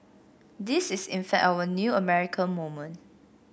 this is in fact our new American moment